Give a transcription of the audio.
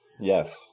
Yes